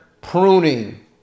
pruning